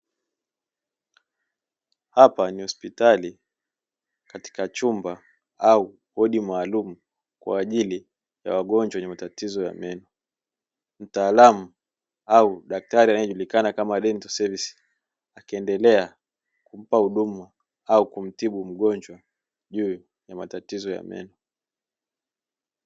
Hapa ni hospitali katika chumba au wodi maalumu, kwa ajili ya wagonjwa wenye matatizo ya meno ,mtaalum au daktari anayejulikana kama dental service, akiendelea kumpa huduma au kumtibu mgonjwa juu ya matatizo ya meno